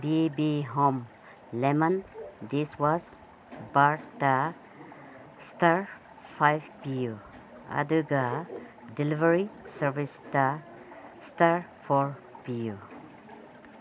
B ꯕꯤ home lemon dishwash ꯕꯥꯔꯇꯥ ꯏꯁꯇꯔ ꯐꯥꯏꯕ ꯄꯤꯌꯨ ꯑꯗꯨꯒ ꯗꯤꯂꯤꯕꯔꯤ ꯁꯥꯔꯕꯤꯁꯇ ꯏꯁꯇꯔ ꯐꯣꯔ ꯄꯤꯌꯨ